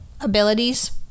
abilities